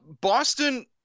Boston